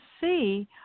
see